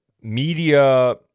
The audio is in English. media